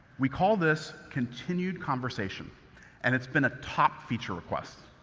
we call this continued conversation and it's been a top feature request.